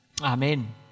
Amen